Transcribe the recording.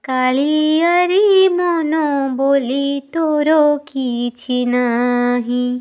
କାଳିଆରେ ମନ ବୋଲି ତୋର କିଛି ନାହିଁ